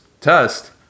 test